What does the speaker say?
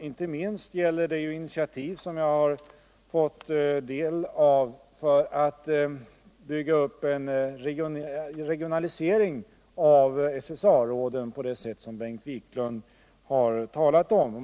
Inte minst gäller det initiativet, som jag har fått del av, för att bygga upp en regionalisering av SSA-råden på det sätt som Bengt Wiklund har talat om.